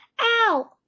Ow